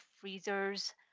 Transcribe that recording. freezers